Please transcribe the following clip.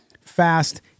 fast